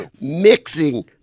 Mixing